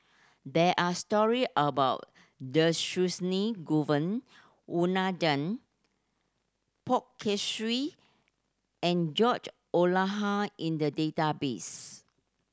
there are story about Govin Winodan Poh Kay Swee and George in the database